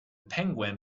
penguin